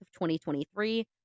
2023